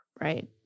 Right